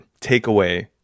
takeaway